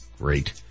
Great